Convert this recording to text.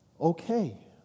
okay